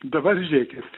dabar žiūrėkit